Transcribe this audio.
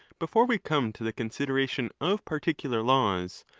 before we come to the consideration of particular laws,